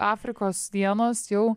afrikos dienos jau